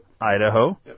Idaho